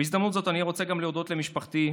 בהזדמנות זו אני רוצה להודות גם למשפחתי,